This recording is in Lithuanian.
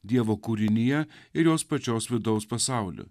dievo kūrinija ir jos pačios vidaus pasauliu